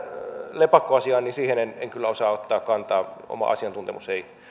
lepakkoasiaan en kyllä osaa ottaa kantaa oma asiantuntemukseni ei